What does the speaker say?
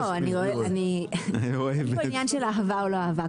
אין פה עניין של אהבה או לא אהבה,